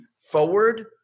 forward